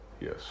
Yes